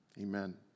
Amen